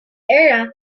arena